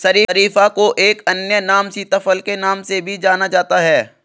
शरीफा को एक अन्य नाम सीताफल के नाम से भी जाना जाता है